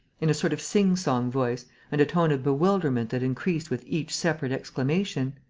in a sort of sing-song voice and a tone of bewilderment that increased with each separate exclamation.